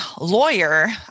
lawyer